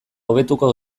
hobetuko